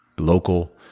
Local